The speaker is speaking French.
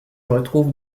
retrouve